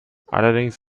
allerdings